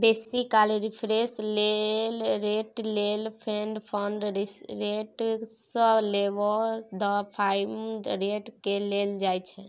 बेसी काल reference rate लेल fed fund rates, LIBOR, the prime रेटकेँ लेल जाइ छै